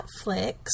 Netflix